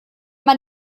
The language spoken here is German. man